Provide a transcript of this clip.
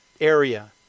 area